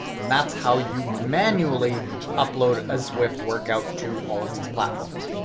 and that's how you manually upload a zwift workout to all of these platforms.